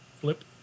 flip